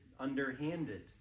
Underhanded